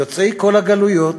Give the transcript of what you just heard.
יוצאי כל הגלויות,